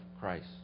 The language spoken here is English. Christ